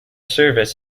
service